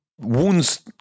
wounds